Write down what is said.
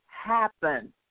happen